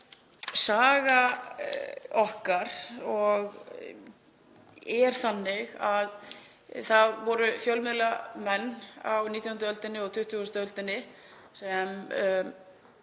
Saga okkar er þannig að það voru fjölmiðlamenn á 19. öld og 20. öld sem